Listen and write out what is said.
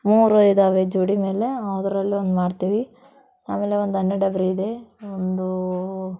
ಮೂರು ಇದ್ದಾವೆ ಜೋಡಿ ಮೇಲೆ ಅದ್ರಲ್ಲಿ ಒಂದು ಮಾಡ್ತೀವಿ ಆಮೇಲೆ ಒಂದು ಅನ್ನದ ಡಬರಿ ಇದೆ ಒಂದು